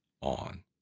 on